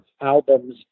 albums